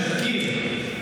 שתכיר,